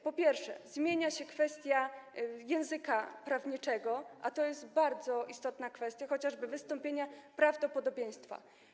Po pierwsze, zmienia się tu kwestia języka prawniczego, a jest to bardzo istotne, chodzi chociażby o wystąpienie prawdopodobieństwa.